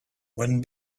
when